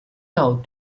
note